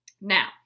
Now